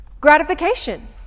gratification